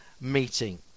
meeting